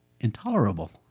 intolerable